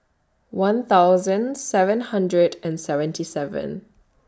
one thousand seven hundred and seventy seven